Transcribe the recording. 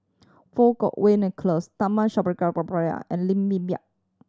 Fang Kuo Wei Nicholas Tharman and Linn In